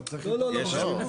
יש שיעבוד.